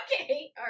okay